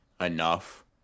enough